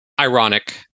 ironic